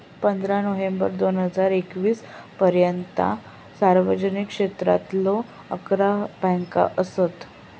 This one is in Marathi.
पंधरा नोव्हेंबर दोन हजार एकवीस पर्यंता सार्वजनिक क्षेत्रातलो अकरा बँका असत